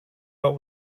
but